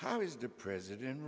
how is the president